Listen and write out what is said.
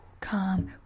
calm